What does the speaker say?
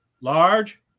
Large